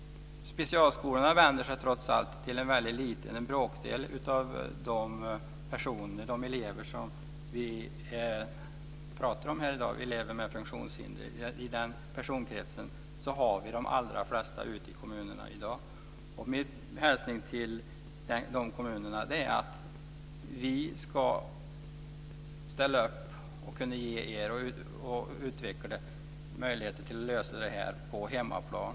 Specialskolorna vänder sig trots allt bara till en bråkdel av de elever som vi pratar om här i dag - elever med funktionshinder. I den personkretsen har vi de allra flesta ute i kommunerna i dag. Min hälsning till de kommunerna är att vi ska ställa upp och ge er möjligheterna att utveckla och lösa detta på hemmaplan.